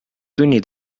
tunni